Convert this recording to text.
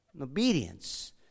obedience